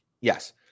Yes